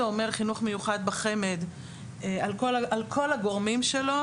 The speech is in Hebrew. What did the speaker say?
אומר חינוך מיוחד בחמ"ד על כל הגורמים שלו,